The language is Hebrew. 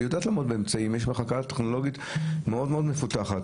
יש לה מחלקה טכנולוגית מאוד מפותחת.